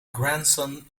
grandson